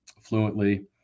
fluently